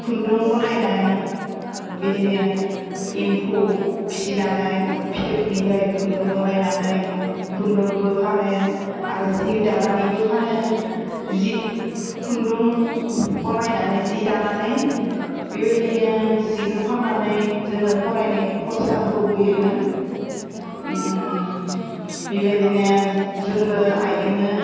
खुन्दुं बनायनाय बिदिनो एम्फौ फिसिनानै फिथोबनिफ्राय खुन्दुं बनायनानै खुन्दुंखौबो फानो आरो जि दानानैबो फानो जि खुन्दुं बनायनानै जि दानानै बेबायदिनो जिखौ फान्नानै जोंनो फरायनाय खरसा होबोयोमोन बेबायदिनो जोंबो आइजोंनो